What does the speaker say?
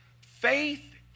Faith